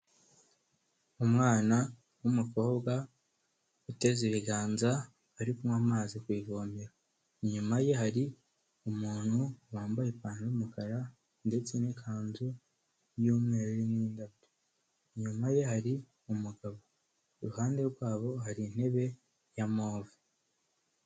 Umwana w'umukobwa uteze ibiganza ari kunywa amazi ku ivomero, inyuma ye hari umuntu wambaye ipantaro y'umukara ndetse n'ikanzu y'umweru irimo indabyo, inyuma ye hari umugabo iruhande rwabo hari intebe ya move.